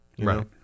Right